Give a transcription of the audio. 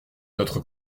notre